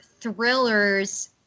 thrillers